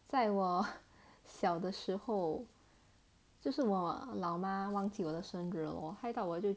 在我小的时候就是我老妈忘记我的生日哦害到我就